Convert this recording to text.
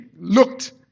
looked